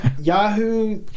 Yahoo